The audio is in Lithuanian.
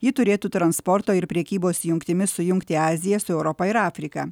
ji turėtų transporto ir prekybos jungtimis sujungti aziją su europa ir afrika